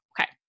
Okay